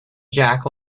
jack